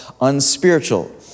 unspiritual